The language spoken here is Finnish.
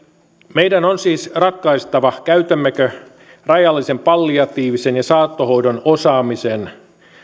meidän on siis ratkaistava käytämmekö rajallisen palliatiivisen ja saattohoidon osaamisen